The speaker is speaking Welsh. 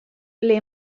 ble